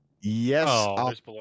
Yes